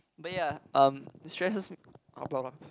but ya um destresses me uh blah blah blah